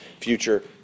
future